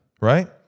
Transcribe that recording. Right